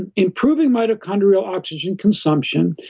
and improving mitochondrial oxygen consumption,